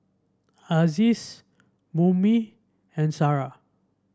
Aziz Murni and Sarah